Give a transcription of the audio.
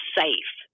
safe